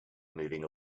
moving